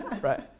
right